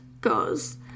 goes